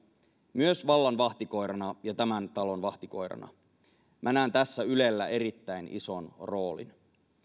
myös vallan vahtikoirana ja tämän talon vahtikoirana näen tässä ylellä erittäin ison roolin